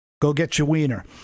Go-Get-Your-Wiener